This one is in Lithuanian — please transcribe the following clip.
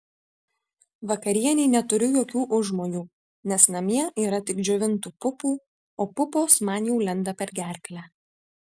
vakarienei neturiu jokių užmojų nes namie yra tik džiovintų pupų o pupos man jau lenda per gerklę